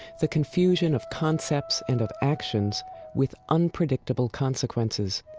the confusion of concepts and of actions with unpredictable consequences.